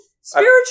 Spiritual